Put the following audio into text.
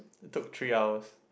took three hours